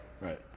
Right